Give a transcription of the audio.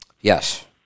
Yes